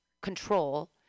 control